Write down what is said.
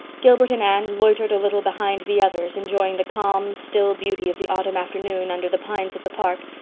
gilbert and anne loitered a little behind the others, enjoying the calm, still beauty of the autumn afternoon under the pines of the park,